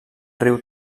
riu